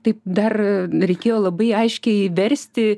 taip dar reikėjo labai aiškiai versti